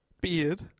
beard